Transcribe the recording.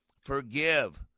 Forgive